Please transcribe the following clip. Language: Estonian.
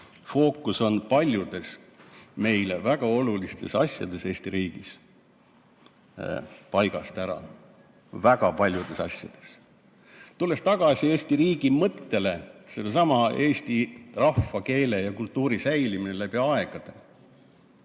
Fookus on paljudes meile väga olulistes asjades Eesti riigis paigast ära. Väga paljudes asjades! Tulen tagasi Eesti riigi mõtte juurde: sellesama eesti rahva, keele ja kultuuri säilimine läbi aegade.